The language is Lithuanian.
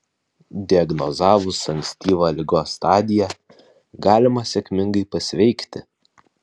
diagnozavus ankstyvą ligos stadiją galima sėkmingai pasveikti